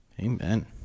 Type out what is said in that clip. Amen